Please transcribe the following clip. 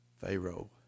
Pharaoh